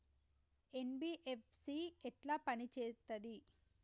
NBFC ఎట్ల పని చేత్తది?